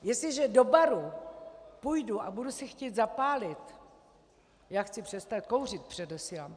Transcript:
Jestliže do baru půjdu a budu si chtít zapálit já chci přestat kouřit, předesílám.